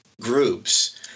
groups